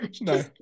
No